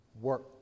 work